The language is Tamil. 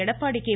எடப்பாடி கே